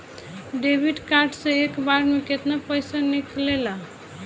Debit card से एक बार मे केतना पैसा निकले ला?